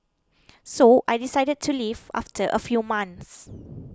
so I decided to leave after a few months